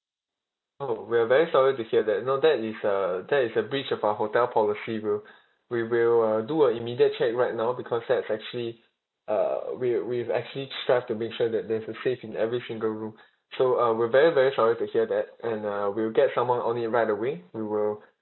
!ow! we are very sorry to hear that you know that is uh that is a breach of our hotel policy rule we will uh do a immediate check right now because that's actually uh we'll we've actually strive to make sure that there's a safe in every single room so uh we're very very sorry to hear that and uh we will get someone on it right away we will